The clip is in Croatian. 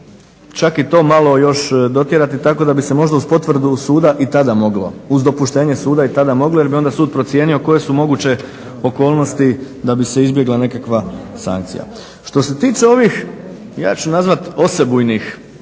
čak i to malo još dotjerati tako da bi se možda uz potvrdu suda i tada mogla, uz dopuštenje suda i tada moglo jer bi onda sud procijenio koje su moguće okolnosti da bi se izbjegla nekakva sankcija. Što se tiče ovih, ja ću nazvati osebujnih